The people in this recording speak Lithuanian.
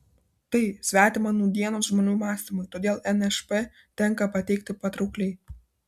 tai svetima nūdienos žmonių mąstymui todėl nšp tenka pateikti patraukliai